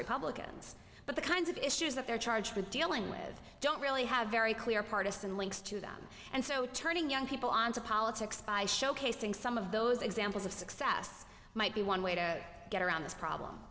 republicans but the kinds of issues that they're charged with dealing with don't really have very clear partisan links to them and so turning young people on to politics by showcasing some of those examples of success might be one way to get around this problem